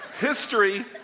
history